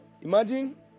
Imagine